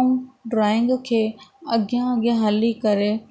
ऐं ड्राइंग खे अॻियां अॻियां हली करे